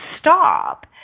stop